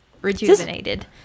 rejuvenated